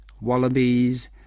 wallabies